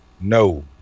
No